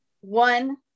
one